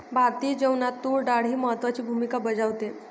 भारतीय जेवणात तूर डाळ ही महत्त्वाची भूमिका बजावते